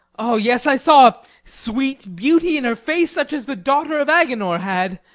o, yes, i saw sweet beauty in her face, such as the daughter of agenor had,